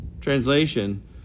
translation